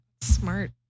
Smart